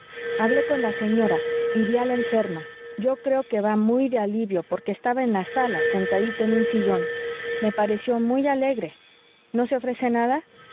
hablé con la señora y ví a la enferma yo creo que va muy de alivio porque estaba en la sala sentadita en un sillón me pareció muy alegre no se ofrece nada